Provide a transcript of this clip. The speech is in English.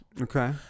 Okay